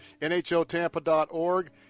NHOTampa.org